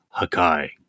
hakai